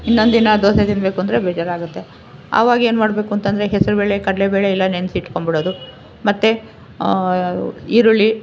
ಇನ್ನೊಂದು ದಿನ ದೋಸೆ ತಿನ್ನಬೇಕು ಅಂದರೆ ಬೇಜಾರಾಗುತ್ತೆ ಆವಾಗೇನು ಮಾಡಬೇಕು ಅಂತಂದರೆ ಹೆಸರು ಬೇಳೆ ಕಡಲೇ ಬೇಳೆ ಎಲ್ಲ ನೆನಸಿಟ್ಕೊಂಡ್ಬಿಡೋದು ಮತ್ತು ಈರುಳ್ಳಿ